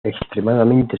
extremadamente